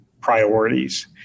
priorities